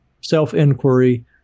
self-inquiry